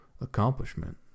accomplishment